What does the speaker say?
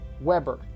Weber